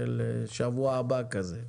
של שבוע הבא כזה.